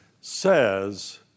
says